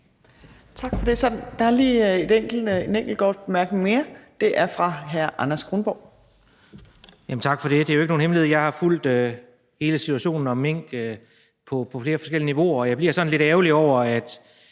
Tak for det. Der er lige en enkelt kort bemærkning mere, og den er fra hr. Anders Kronborg. Kl. 14:02 Anders Kronborg (S): Tak for det. Det er jo ikke nogen hemmelighed, at jeg har fulgt hele situationen omkring mink på flere forskellige niveauer, og jeg bliver sådan lidt ærgerlig over, at